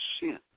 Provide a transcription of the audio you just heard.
sin